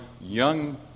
young